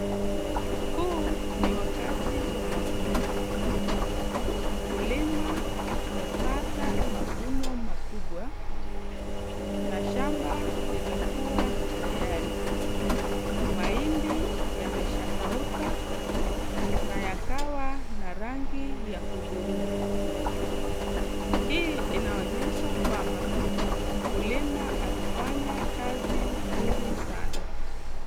Huu ni wakati wa mavuno. Mkulima amepata mavuno makubwa na shamba limekuwa tayari. Mahindi yameshakauka na yakawa na rangi ya hudhurungi. Hii inaonyesha kwamba mkulima alifanya kazi mzuri sana.